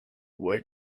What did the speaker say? where